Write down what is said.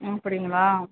அப்படிங்களா